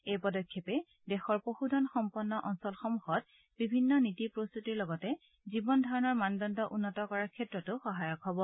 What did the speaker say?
এই পদক্ষেপে দেশৰ পশুধন সম্পন্ন অঞ্চলসমূহত বিভিন্ন নীতি প্ৰস্তুতিৰ লগতে জীৱন ধাৰণৰ মানদণ্ড উন্নত কৰাৰ ক্ষেত্ৰতো সহায়ক হ'ব